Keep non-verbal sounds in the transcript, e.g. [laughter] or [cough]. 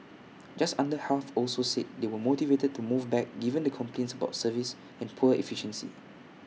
[noise] just under half also said they were motivated to move back given the complaints about service and poor efficiency